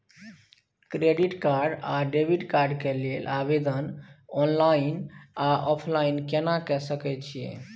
Credit card आ debit card के लेल आवेदन ऑनलाइन आ ऑफलाइन केना के सकय छियै?